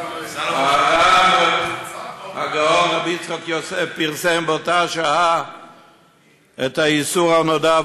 הרב הגאון רבי יצחק יוסף פרסם באותה שעה את האיסור הנודע,